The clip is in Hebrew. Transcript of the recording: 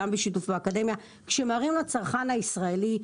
כשמראים לצרכן הישראלי,